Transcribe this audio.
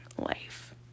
life